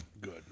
Good